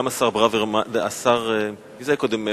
גם השר, מי זה היה קודם?